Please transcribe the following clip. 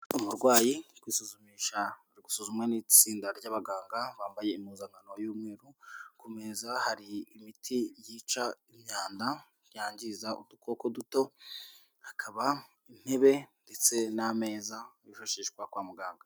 Umurwayi uri kwisuzumisha, ari gusuzumwa n'itsinda ry'abaganga bambaye impuzankano y'umweru, ku meza hari imiti yica imyanda, yangiza udukoko duto, hakaba intebe ndetse n'ameza yifashishwa kwa muganga.